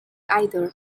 either